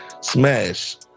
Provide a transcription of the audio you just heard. Smash